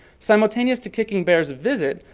simultaneous to kicking bear's visit,